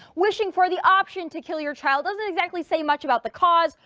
wishing for the option to kill your child doesn't exactly say much about the cause,